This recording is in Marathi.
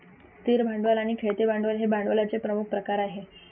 स्थिर भांडवल आणि खेळते भांडवल हे भांडवलाचे प्रमुख प्रकार आहेत